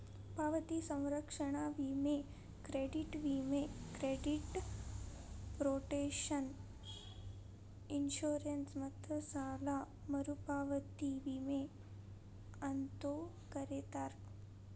ಪಾವತಿ ಸಂರಕ್ಷಣಾ ವಿಮೆ ಕ್ರೆಡಿಟ್ ವಿಮೆ ಕ್ರೆಡಿಟ್ ಪ್ರೊಟೆಕ್ಷನ್ ಇನ್ಶೂರೆನ್ಸ್ ಮತ್ತ ಸಾಲ ಮರುಪಾವತಿ ವಿಮೆ ಅಂತೂ ಕರೇತಾರ